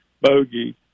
bogey